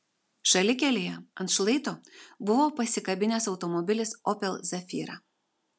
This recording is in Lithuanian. šalikelėje ant šlaito buvo pasikabinęs automobilis opel zafira